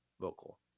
vocal